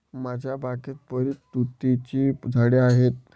माझ्या बागेत बरीच तुतीची झाडे आहेत